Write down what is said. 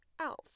else